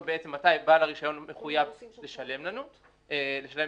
או מתי בעל הרישיון מחויב לשלם את האגרה.